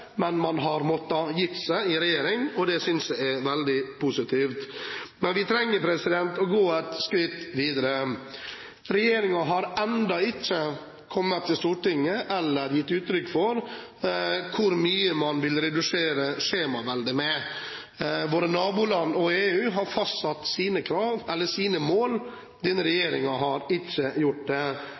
Men vi trenger å gå et skritt videre. Regjeringen har ennå ikke kommet til Stortinget med eller gitt uttrykk for hvor mye man vil redusere skjemaveldet. Våre naboland og EU har fastsatt sine mål. Denne regjeringen har ikke gjort det,